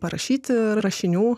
parašyti rašinių